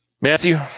Matthew